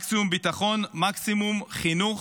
מקסימום ביטחון, מקסימום חינוך,